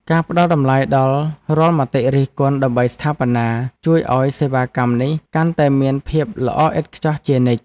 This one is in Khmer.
ការផ្តល់តម្លៃដល់រាល់មតិរិះគន់ដើម្បីស្ថាបនា ជួយឱ្យសេវាកម្មនេះកាន់តែមានភាពល្អឥតខ្ចោះជានិច្ច។